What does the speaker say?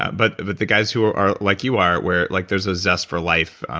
but but the guys who are are like you are where like there's a zest for life, um